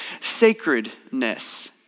sacredness